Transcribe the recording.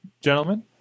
gentlemen